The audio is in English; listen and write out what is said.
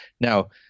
Now